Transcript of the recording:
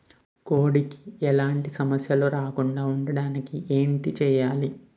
కోడి కి ఎలాంటి సమస్యలు రాకుండ ఉండడానికి ఏంటి చెయాలి?